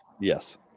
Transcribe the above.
Yes